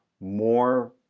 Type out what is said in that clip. more